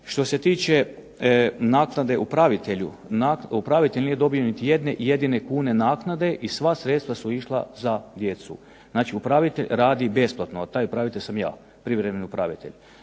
Što se tiče naknade upravitelju, upravitelj nije dobio niti jedne jedine kune naknade, i sva sredstva su išla za djecu. Znači upravitelj radi besplatno. Taj upravitelj sam ja, privremeni upravitelj,